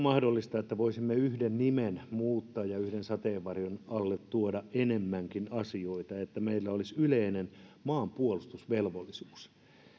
mahdollista että voisimme yhden nimen muuttaa ja yhden sateenvarjon alle tuoda enemmänkin asioita että meillä olisi yleinen maanpuolustusvelvollisuus